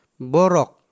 Borok